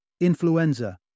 influenza